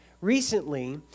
recently